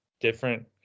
different